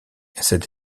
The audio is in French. cette